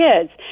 kids